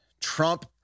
Trump